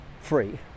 free